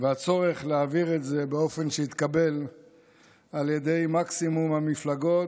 ומהצורך להעביר את זה באופן שיתקבל על ידי מקסימום המפלגות.